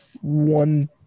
one